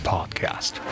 Podcast